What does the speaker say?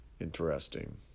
Interesting